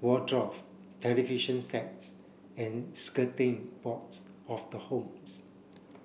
wardrobes television sets and skirting boards of the homes